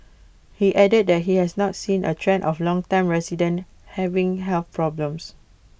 he added that he has not seen A trend of longtime residents having health problems